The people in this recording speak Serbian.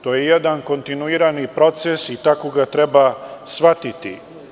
To je jedan kontinuirani proces i tako ga treba shvatiti.